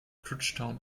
bridgetown